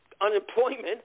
unemployment